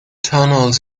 tunnels